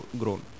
grown